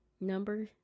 Number